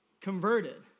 converted